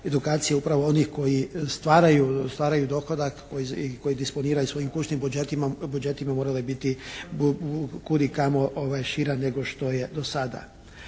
edukacija upravo onih koji stvaraju dohodak, koji disponiraju svojim kućnim budžetima morale biti kudikamo šira nego što je do sada.